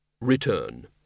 Return